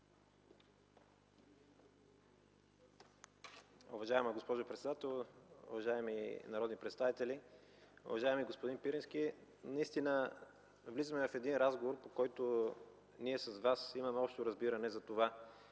Уважаема госпожо председател, уважаеми народни представители, уважаеми господин Пирински! Наистина влизаме в един разговор, по който ние с Вас имаме общо разбиране за това,